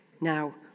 Now